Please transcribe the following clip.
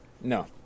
No